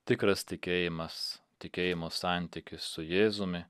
tikras tikėjimas tikėjimo santykis su jėzumi